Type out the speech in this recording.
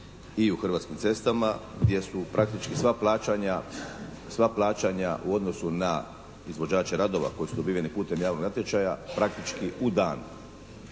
i u Hrvatskim cestama gdje su praktički sva plaćanja u odnosu na izvođače radova koji su dobiveni putem javnog natječaja praktički u dan.